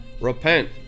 repent